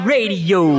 Radio